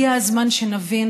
הגיע הזמן שנבין,